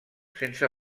sense